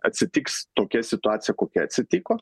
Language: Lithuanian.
atsitiks tokia situacija kokia atsitiko